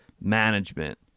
management